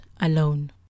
alone